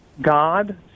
God